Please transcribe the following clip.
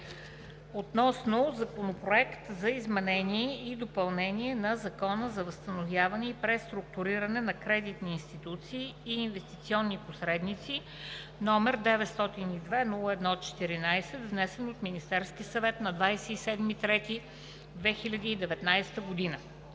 относно Законопроект за изменение и допълнение на Закона за възстановяване и преструктуриране на кредитни институции и инвестиционни посредници, № 902-01-14, внесен от Министерския съвет на 27 март 2019 г.